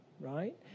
right